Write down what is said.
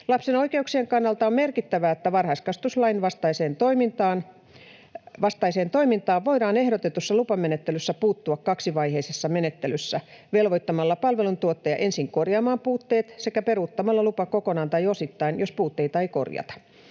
Lapsen oikeuksien kannalta on merkittävää, että varhaiskasvatuslain vastaiseen toimintaan voidaan ehdotetussa lupamenettelyssä puuttua kaksivaiheisessa menettelyssä: velvoittamalla palveluntuottaja ensin korjaamaan puutteet sekä peruuttamalla lupa kokonaan tai osittain, jos puutteita ei korjata.